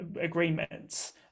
agreements